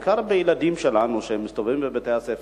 בעיקר בילדים שלנו שמסתובבים בבתי-הספר,